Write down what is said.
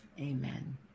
Amen